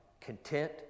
content